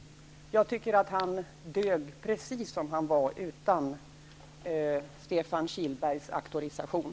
Jag tycker att han dög precis som han var, utan Stefan Kihlbergs auktorisation.